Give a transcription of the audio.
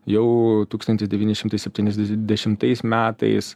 jau tūkstantis devyni šimtai septyniasdešimtais metais